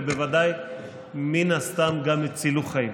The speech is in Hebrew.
ובוודאי מן הסתם גם הצילו חיים.